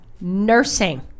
Nursing